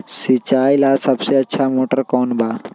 सिंचाई ला सबसे अच्छा मोटर कौन बा?